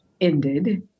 ended